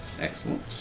Excellent